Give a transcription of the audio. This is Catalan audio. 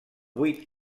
buit